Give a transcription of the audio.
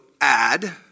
add